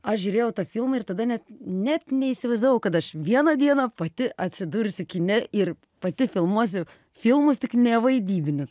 aš žiūrėjau tą filmą ir tada net net neįsivaizdavau kad aš vieną dieną pati atsidursiu kine ir pati filmuosiu filmus tik nevaidybinius